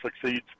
succeeds